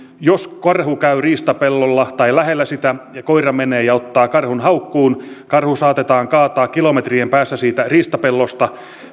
jos karhu käy riistapellolla tai lähellä sitä ja koira menee ja ottaa karhun haukkuun ja karhu saatetaan kaataa kilometrien päässä siitä riistapellosta